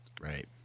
Right